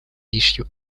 issue